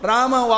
Rama